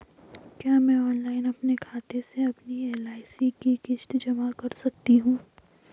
क्या मैं ऑनलाइन अपने खाते से अपनी एल.आई.सी की किश्त जमा कर सकती हूँ?